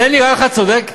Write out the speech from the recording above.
זה נראה לך צודק?